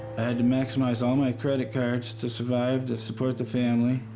had to maximize all my credit cards to survive, to support the family.